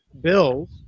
bills